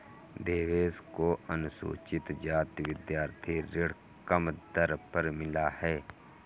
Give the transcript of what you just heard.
देवेश को अनुसूचित जाति विद्यार्थी ऋण कम दर पर मिला है